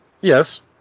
Yes